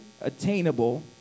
attainable